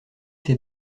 ses